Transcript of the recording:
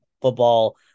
football